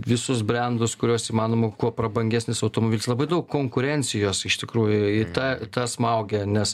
visus brendus kuriuos įmanoma kuo prabangesnis automobilis labai daug konkurencijos iš tikrųjų ir ta ta smaugia nes